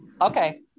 Okay